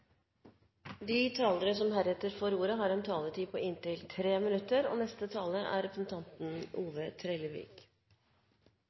De talere som heretter får ordet, har en taletid på inntil 3 minutter. Det inkluderer siste taler. Jeg er